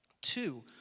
Two